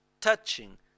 touching